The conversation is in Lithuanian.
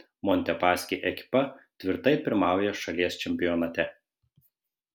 montepaschi ekipa tvirtai pirmauja šalies čempionate